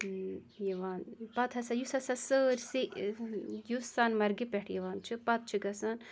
یِوان پَتہٕ ہَسا یُس ہَسا سٲرسٕے یُس سوٚنمَرگہِ پٮ۪ٹھِ یِوان چھُ پَتہٕ چھُ گَژھَان